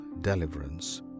deliverance